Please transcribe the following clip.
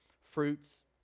fruits